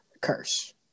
curse